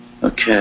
Okay